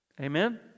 Amen